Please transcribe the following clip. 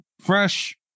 fresh